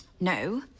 No